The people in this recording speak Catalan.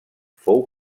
fou